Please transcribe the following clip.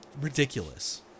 Ridiculous